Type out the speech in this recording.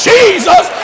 Jesus